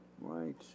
right